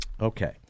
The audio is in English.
Okay